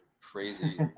crazy